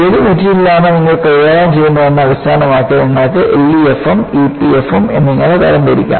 ഏത് മെറ്റീരിയലാണ് നിങ്ങൾ കൈകാര്യം ചെയ്യുന്നതെന്നതിനെ അടിസ്ഥാനമാക്കി നിങ്ങൾക്ക് LEFM EPFM എന്നിവ തരംതിരിക്കാം